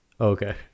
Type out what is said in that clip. Okay